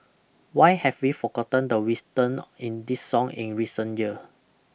why have we forgotten the wisdom in this song in recent year